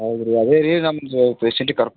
ಹೌದಾ ರೀ ಅದೇ ರೀ ನಮ್ದು ಪೇಷೆಂಟಿಗೆ